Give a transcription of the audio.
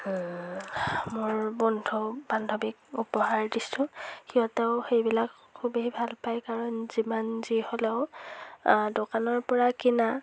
মোৰ বন্ধু বান্ধৱীক উপহাৰ দিছোঁ সিহঁতেও সেইবিলাক খুবেই ভাল পায় কাৰণ যিমান যি হ'লেও দোকানৰ পৰা কিনা